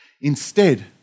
Instead